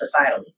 societally